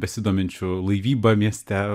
besidominčių laivyba mieste